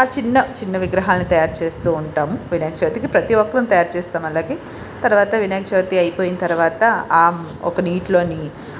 ఆ చిన్న చిన్న విగ్రహాలని తయారు చేస్తు ఉంటాము వినాయక చవితికి ప్రతి ఒక్కరు తయారు చేస్తాం అలాగే తరువాత వినాయక చవితి అయిపోయిన తరువాత ఆ ఒక నీటిలో